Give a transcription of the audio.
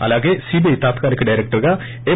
అలాగే సీబీఐ తాత్కాలిక డైరెక్టర్గా ఎం